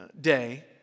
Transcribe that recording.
day